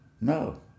No